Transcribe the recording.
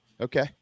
okay